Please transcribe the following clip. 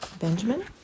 Benjamin